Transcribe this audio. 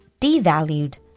devalued